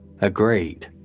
agreed